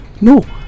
no